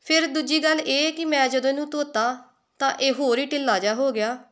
ਫਿਰ ਦੂਜੀ ਗੱਲ ਇਹ ਕਿ ਮੈਂ ਜਦੋਂ ਇਹਨੂੰ ਧੋਤਾ ਤਾਂ ਇਹ ਹੋਰ ਹੀ ਢਿੱਲਾ ਜਿਹਾ ਹੋ ਗਿਆ